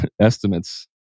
estimates